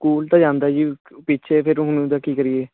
school ਤਾਂ ਜਾਂਦਾ ਜੀ ਪਿ ਪਿੱਛੇ ਫਿਰ ਹੁਣ ਉਹਦਾ ਕੀ ਕਰੀਏ